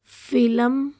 film